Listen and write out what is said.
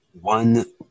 one